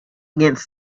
against